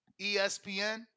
ESPN